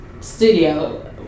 studio